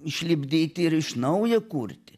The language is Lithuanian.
išlipdyti ir iš naujo kurti